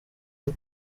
ine